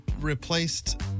replaced